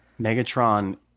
Megatron